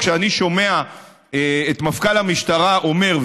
כשאני שומע את מפכ"ל המשטרה אומר,